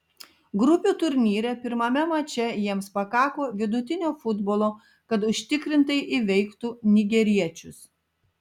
grupių turnyre pirmame mače jiems pakako vidutinio futbolo kad užtikrintai įveiktų nigeriečius